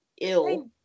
ill